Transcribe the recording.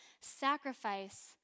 sacrifice